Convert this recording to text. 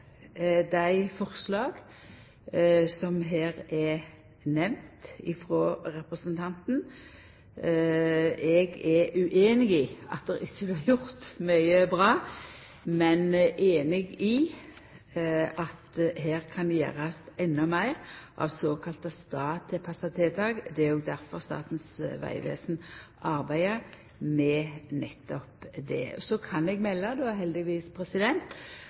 dei forslaga som representanten her har nemnt. Eg er ueinig i at det ikkje blir gjort mykje bra, men eg er einig i at her kan det gjerast endå meir av såkalla statstilpassa tiltak. Det er jo difor Statens vegvesen arbeider med nettopp det. Så kan eg melda, heldigvis,